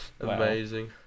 Amazing